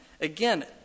Again